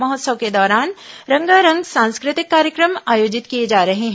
महोत्सव के दौरान रंगारंग सांस्कृतिक कार्यक्रम आयोजित किए जा रहे हैं